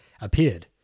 appeared